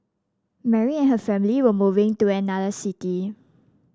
Mary and her family were moving to another city